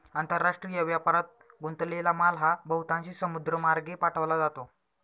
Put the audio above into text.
आंतरराष्ट्रीय व्यापारात गुंतलेला माल हा बहुतांशी समुद्रमार्गे पाठवला जातो